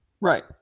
Right